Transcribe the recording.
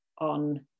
on